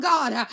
God